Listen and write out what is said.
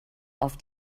auf